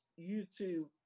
YouTube